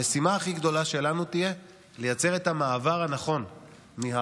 המשימה הכי גדולה שלנו תהיה לייצר את המעבר הנכון מהגילים